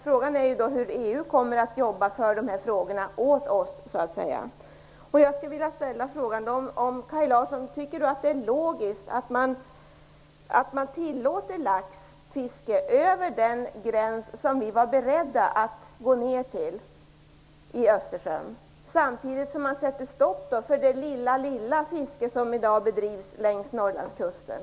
Frågan är hur EU kommer att jobba för oss i dessa frågor. Jag vill fråga om Kaj Larsson tycker att det är logiskt att man tillåter laxfiske utöver den gräns som vi var beredda att gå ned till i Östersjön, samtidigt som man sätter stopp för det mycket lilla fiske som i dag bedrivs längs Norrlandskusten.